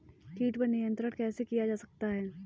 कीट पर नियंत्रण कैसे किया जा सकता है?